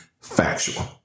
factual